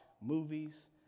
movies